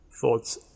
thoughts